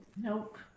Nope